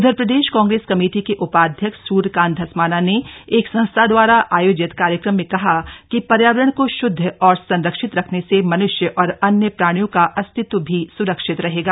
उधर प्रदेश कांग्रेस कमेटी के उपाध्यक्ष सूर्यकांत धस्माना ने एक संस्था दवारा आयोजित कार्यक्रम में कहा कि पर्यावरण को शृदध और संरक्षित रखने से मनृष्य और अन्य प्राणियों का अस्तित्व भी सूरक्षित रहेगा